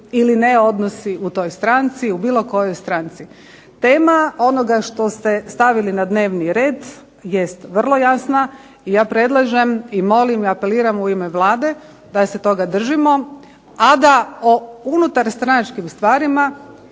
ili ne odnosi u toj stranci, u bilo kojoj stranci. Tema onoga što ste stavili na dnevni red jest vrlo jasna i ja predlažem i molim i apeliram u ime Vlade da se toga držimo, a da o unutarstranačkim stvarima